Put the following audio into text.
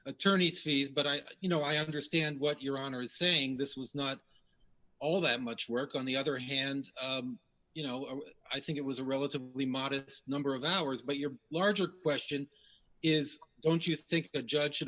attorneys fees but i you know i understand what your honor is saying this was not all that much work on the other hand you know i think it was a relatively modest number of hours but your larger question is don't you think the judge